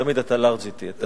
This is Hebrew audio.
תמיד אתה לארג' אתי.